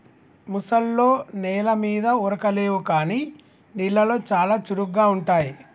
ముసల్లో నెల మీద ఉరకలేవు కానీ నీళ్లలో చాలా చురుగ్గా ఉంటాయి